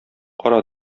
кара